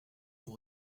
vous